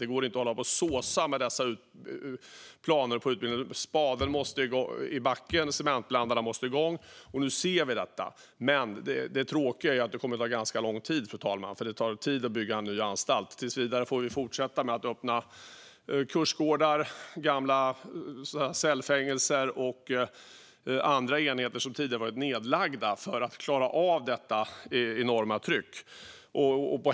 Det går inte att hålla på och såsa med dessa planer på utbyggnad, utan spaden måste i backen och cementblandarna måste igång. Nu ser vi detta, men det tråkiga är att det kommer att ta ganska lång tid, fru talman. Det tar nämligen tid att bygga en ny anstalt. Tills vidare får vi fortsätta med att öppna kursgårdar, gamla cellfängelser och andra enheter som tidigare varit nedlagda för att klara av detta enorma tryck.